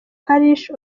parish